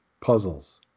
puzzles